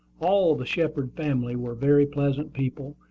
all the shepard family were very pleasant people,